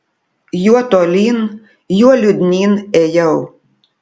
juo tolyn juo liūdnyn ėjau